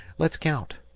let's count.